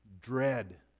dread